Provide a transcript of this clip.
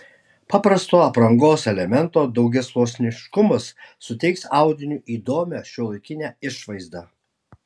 paprasto aprangos elemento daugiasluoksniškumas suteiks audiniui įdomią šiuolaikinę išvaizdą